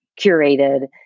curated